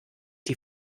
die